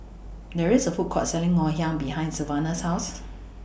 There IS A Food Court Selling Ngoh Hiang behind Sylvanus' housed